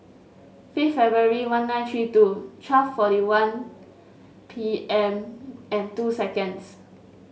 fifth February one nine three two twelve forty one P M and two seconds